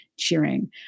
Cheering